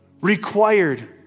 required